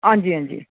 हां जी हां जी